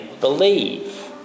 believe